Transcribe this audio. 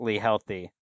healthy